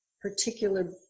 particular